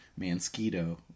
Mansquito